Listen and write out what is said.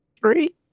three